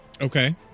Okay